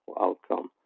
outcome